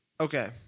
Okay